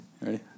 ready